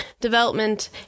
development